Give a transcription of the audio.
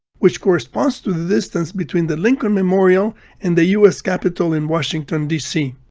which corresponds to the distance between the lincoln memorial and the u s. capitol in washington, d c.